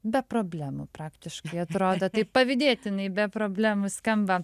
be problemų praktiškai atrodo taip pavydėtinai be problemų skamba